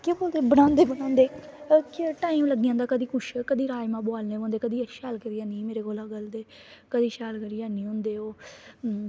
केह् पता बनांदे बनांदे टाइम लग्गी आंदा कदें राजमां बोआलने पौंदे कदें शैल करिये नेईं मेरे कोलां गलदे कदें शैल करिये अ'न्नी होंदे ओह्